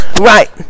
Right